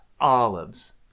Olives